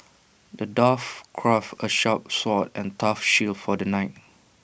the dwarf crafted A sharp sword and A tough shield for the knight